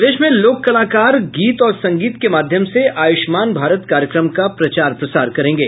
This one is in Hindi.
प्रदेश में लोक कलाकार गीत और संगीत के माध्यम से आयुष्मान भारत कार्यक्रम का प्रचार प्रसार करेंगे